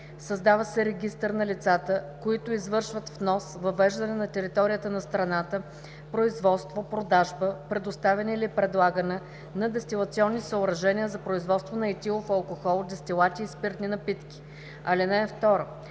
Създава се регистър на лицата, които извършват внос, въвеждане на територията на страната, производство, продажба, предоставяне или предлагане на дестилационни съоръжения за производство на етилов алкохол, дестилати и спиртни напитки. (2) Регистърът